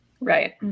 Right